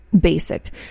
basic